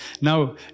Now